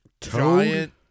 giant